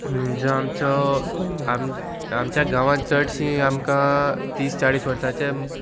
जो आमचो आम आमच्या गांवांत चडशीं आमकां तीस चाळीस वर्साचे